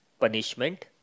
Punishment